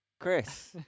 Chris